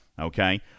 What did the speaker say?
okay